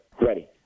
Ready